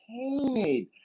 painted